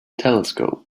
telescope